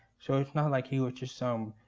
so it's not like he was just some